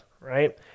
right